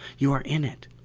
you are in it.